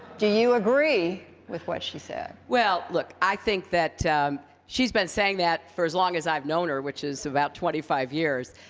do you agree with what she said? clinton well, look, i think that she's been saying that for as long as i've known her, which is about twenty five years.